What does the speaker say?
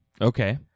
Okay